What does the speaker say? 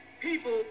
people